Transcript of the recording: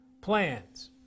plans